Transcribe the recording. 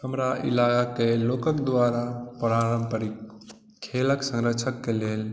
हमरा ईलाकाके लोकक द्वारा पारम्परिक खेलक संरक्षकके लेल